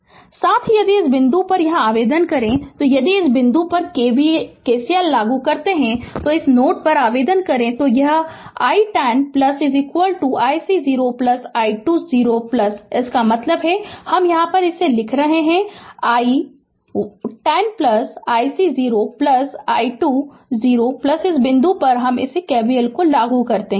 Refer Slide Time 2950 साथ ही यदि इस बिंदु पर यहां आवेदन करते हैं यदि इस बिंदु पर KCLआवेदन करते हैं इस नोड पर आवेदन करते हैं तो i 1 0 ic 0 i2 0 इसका मतलब है कि हम यहां लिख रहा हूं i 1 0 ic 0 i2 0 इस बिंदु पर KVL लागु होगा